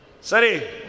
sari